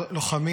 לוחמים